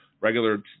regular